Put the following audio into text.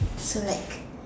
so like